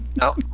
No